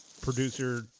producer